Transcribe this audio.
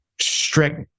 strict